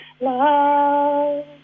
love